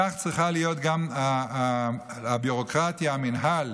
כך צריכה להיות גם הביורוקרטיה, המינהל,